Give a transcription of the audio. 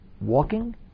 walking